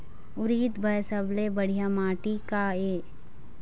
उरीद बर सबले बढ़िया माटी का ये?